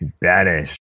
Banished